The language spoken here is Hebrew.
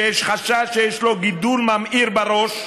שיש חשש שיש לו גידול ממאיר בראש.